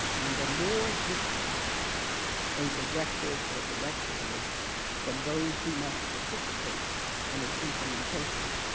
and the more distant a directive or direction is from those who must participate in its implementation,